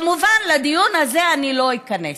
כמובן, לדיון הזה אני לא איכנס,